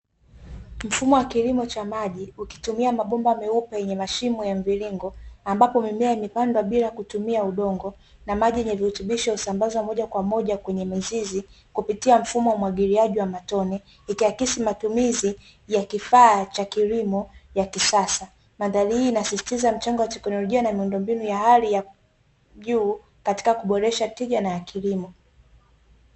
Mfumo wa kilimo cha maji ukitumia mabomba meupe yenye mashimo ya mviringo ambapo mimea imepandwa bila kutumia udongo, na maji yenye virutubisho husambazwa moja kwa moja kwenye mizizi kupitia mfumo wa umwagiliaji wa matone ikiyakidhi matumizi ya kifaa cha kilimo ya kisasa. Nadhari hii inasisitiza mchango wa teknolojia na miundombinu ya hali ya juu katika kuboresha tija na kilimo.